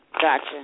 gotcha